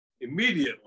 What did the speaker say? immediately